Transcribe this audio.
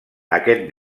aquest